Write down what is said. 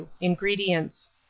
Ingredients